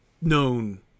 known